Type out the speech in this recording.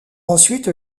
ensuite